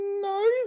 No